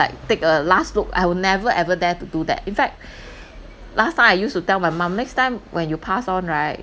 like take a last look I will never ever dare to do that in fact last time I used to tell my mum next time when you pass on right